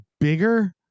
bigger